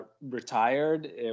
retired